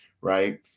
right